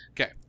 Okay